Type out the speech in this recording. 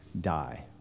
die